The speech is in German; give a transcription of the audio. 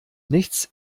nichts